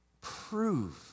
prove